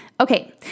Okay